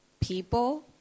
people